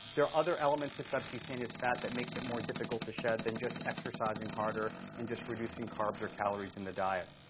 there are other elements to subcutaneous fat that makes it more difficult to shed than just exercising harder and just reducing carbs or calories in the diet.